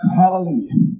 hallelujah